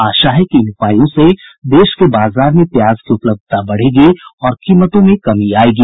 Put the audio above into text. आशा है कि इन उपायों से देश के बाजार में प्याज की उपलब्धता बढ़ेगी और कीमतों में कमी आयेगी